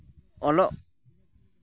ᱚᱞᱚᱜ